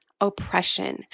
oppression